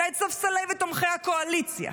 אלא את ספסלי ותומכי הקואליציה: